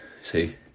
see